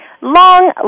long